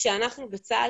כשאנחנו בצה"ל,